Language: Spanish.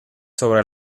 sobre